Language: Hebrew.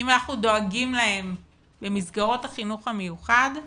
אם אנחנו דואגים להם במסגרות החינוך המיוחד,